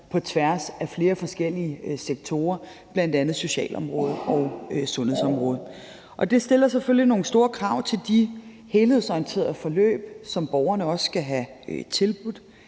på tværs af flere forskellige sektorer, bl.a. socialområdet og sundhedsområdet. Det stiller selvfølgelig nogle store krav til de helhedsorienterede forløb, som borgerne også skal have tilbudt.